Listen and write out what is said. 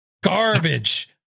garbage